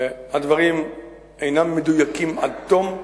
הדברים אינם מדויקים עד תום,